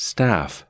Staff